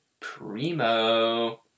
primo